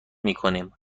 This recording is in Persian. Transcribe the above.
میکنیم